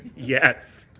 yes.